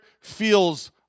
feels